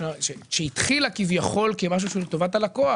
שהתחילה כביכול כמשהו שהוא לטובת הלקוח,